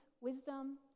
wisdom